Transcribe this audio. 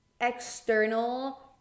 external